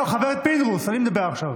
לא, חבר הכנסת פינדרוס, אני מדבר עכשיו.